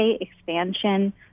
expansion